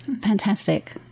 Fantastic